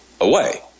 away